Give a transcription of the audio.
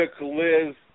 Liz